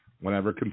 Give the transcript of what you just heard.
whenever –